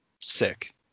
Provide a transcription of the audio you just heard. sick